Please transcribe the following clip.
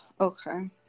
Okay